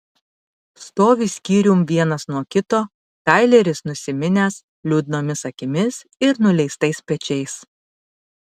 stovi skyrium vienas nuo kito taileris nusiminęs liūdnomis akimis ir nuleistais pečiais